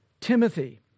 Timothy